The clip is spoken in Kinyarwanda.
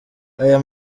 aya